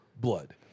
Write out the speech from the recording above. blood